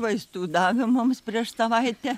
vaistų davė mums prieš savaitę